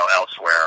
elsewhere